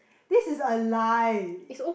this is a lie